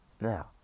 Now